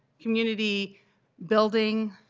community building